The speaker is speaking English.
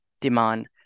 demand